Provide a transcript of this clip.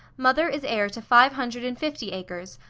mother is heir to five hundred and fifty acres,